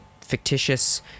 fictitious